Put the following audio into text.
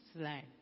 slide